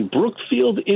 Brookfield